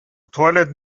toilet